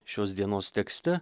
šios dienos tekste